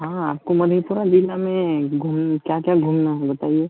हाँ आपको मधेपुरा जिला में घूम क्या क्या घूमना है बताइए